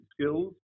skills